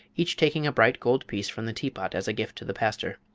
each taking a bright gold piece from the teapot as a gift to the pastor.